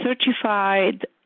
certified